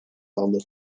aldı